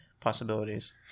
possibilities